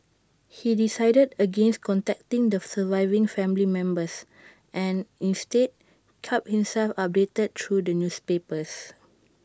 he decided against contacting the surviving family members and instead kept himself updated through the newspapers